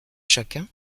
chacun